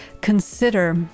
Consider